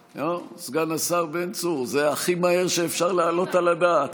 סגן השר בן צור, זה הכי מהר שאפשר להעלות על הדעת.